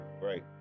great